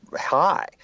high